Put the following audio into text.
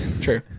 true